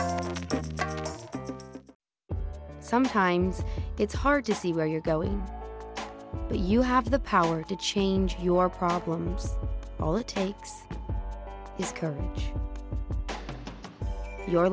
ride sometimes it's hard to see where you're going but you have the power to change your problems all it takes is courage your